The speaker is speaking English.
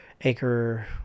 acre